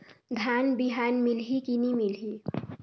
धान बिहान मिलही की नी मिलही?